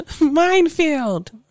minefield